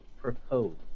propose